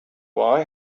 why